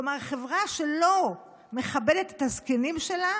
כלומר, חברה שלא מכבדת את הזקנים שלה